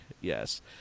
yes